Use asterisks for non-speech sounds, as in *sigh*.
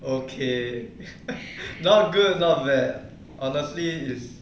okay *laughs* not good not bad honestly is